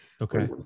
Okay